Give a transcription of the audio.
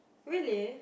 really